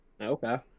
okay